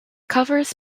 covers